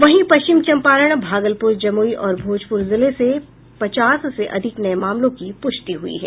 वहीं पश्चिम चंपारण भागलपुर जमुई और भोजपुर जिले से पचास से अधिक नये मामलों की पुष्टि हुई है